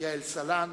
יעל סלנט.